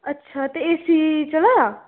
अच्छा ते A C चला दा